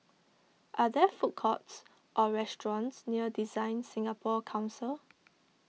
are there food courts or restaurants near DesignSingapore Council